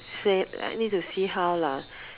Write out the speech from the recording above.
say I need to see how lah